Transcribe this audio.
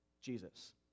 Jesus